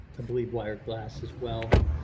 believe, wired glass as well.